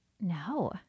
No